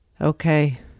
Okay